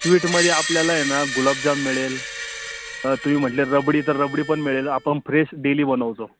स्वीटमध्ये आपल्याला हे ना गुलाबजामुन मिळेल तुम्ही म्हटले रबडी तर रबडी पण मिळेल आपण फ्रेश डेली बनवतो